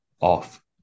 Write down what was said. off